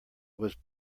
was